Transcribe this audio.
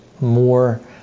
more